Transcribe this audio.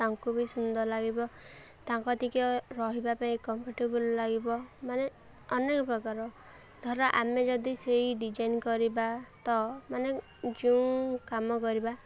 ତାଙ୍କୁ ବି ସୁନ୍ଦର ଲାଗିବ ତାଙ୍କ ଟିକେ ରହିବା ପାଇଁ କମ୍ଫର୍ଟେବୁଲ୍ ଲାଗିବ ମାନେ ଅନେକ ପ୍ରକାର ଧର ଆମେ ଯଦି ସେଇ ଡିଜାଇନ୍ କରିବା ତ ମାନେ ଯେଉଁ କାମ କରିବା